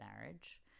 marriage